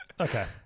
Okay